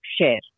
share